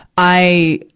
i,